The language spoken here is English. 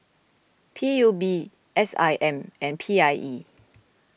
P U B S I M and P I E